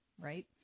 right